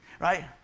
right